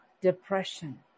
depression